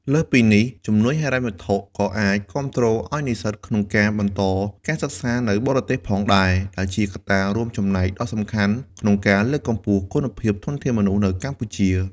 លើសពីនេះ ជំនួយហិរញ្ញវត្ថុក៏អាចគាំទ្រឲ្យនិស្សិតក្នុងការបន្តការសិក្សានៅបរទេសផងដែរ ដែលជាកត្តារួមចំណែកដ៏សំខាន់ក្នុងការលើកកម្ពស់គុណភាពធនធានមនុស្សនៅកម្ពុជា។